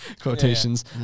quotations